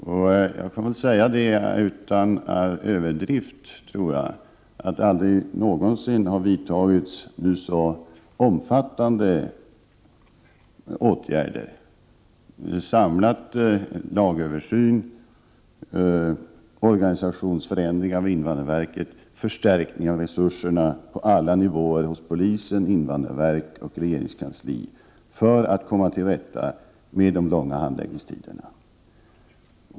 Utan att 107 överdriva kan jag nog säga att det aldrig någonsin har vidtagits så omfattande åtgärder — en samlad lagöversyn, organisationsförändringar av invandrarverket, förstärkning av resurserna på alla nivåer inom polisen, invandrarverket och regeringskansliet — för att komma till rätta med de långa handläggningstiderna.